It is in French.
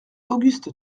auguste